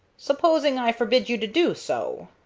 supposing i forbid you to do so?